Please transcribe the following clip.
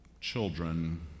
children